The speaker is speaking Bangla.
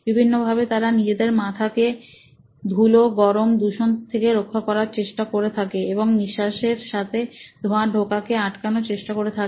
বিভিন্ন ভাবে তারা নিজেদের মাথাকে ধুলো গরম দূষণ থেকে রক্ষা করার চেষ্টা করে থাকে এবং নিঃশ্বাস এর সাথে ধোঁয়া ঢোকাকে আটকানোর চেষ্টা করে থাকে